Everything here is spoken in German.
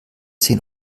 zehn